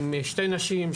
שתי נשים,